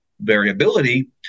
variability